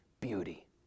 beauty